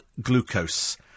glucose